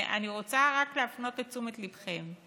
אני רוצה להפנות את תשומת ליבכם,